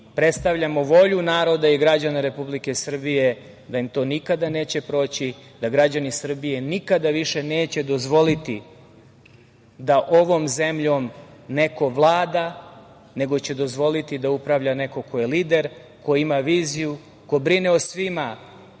predstavljamo volju naroda i građana Republike Srbije, da im to nikada neće proći, da građani Srbije nikada više neće dozvoliti da ovom zemljom neko vlada, nego će dozvoliti da upravlja neko ko je lider, ko ima viziju, ko brine o svima,